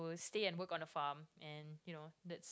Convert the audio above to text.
stay and work on the farm and you know that